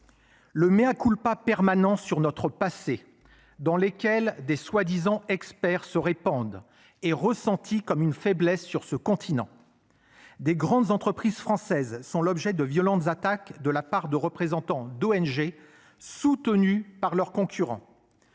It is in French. Le mea culpa permanent sur notre passé dans lesquels des soi-disant experts se répandent est ressenti comme une faiblesse sur ce continent. Des grandes entreprises françaises sont l'objet de violentes attaques de la part de représentants d'ONG soutenue par leurs concurrents.